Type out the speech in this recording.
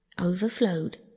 overflowed